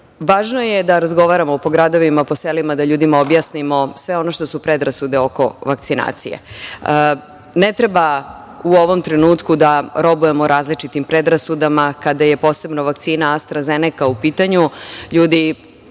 Važno je da razgovaramo po gradovima, po selima, da ljudima objasnimo sve ono što su predrasude oko vakcinacije. Ne treba u ovom trenutku da robujemo različitim predrasudama kada je posebno vakcina „Astra Zeneka“ u pitanju. Čini